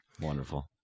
wonderful